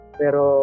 pero